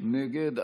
נגד.